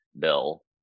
bill